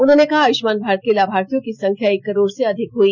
उन्होंने कहा आयुष्मान भारत के लाभार्थियों की संख्या एक करोड़ से अधिक हुई